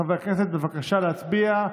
חברי הכנסת, בבקשה להצביע.